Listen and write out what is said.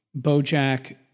BoJack